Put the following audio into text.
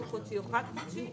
דו-חודשי או חד-חודשי,